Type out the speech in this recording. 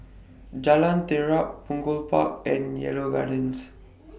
Jalan Terap Punggol Park and Yarrow Gardens